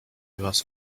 was